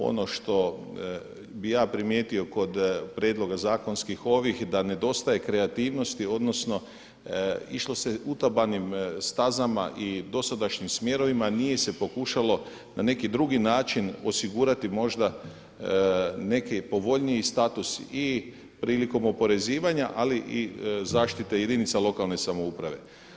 Ono što bi ja primijetio kod prijedloga zakonskih ovih da nedostaje kreativnosti odnosno išlo se utabanim stazama i dosadašnjim smjerovima a nije se pokušalo na neki drugi način osigurati možda neki povoljniji status i prilikom oporezivanja ali i zaštite jedinica lokalne samouprave.